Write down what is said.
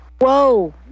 Whoa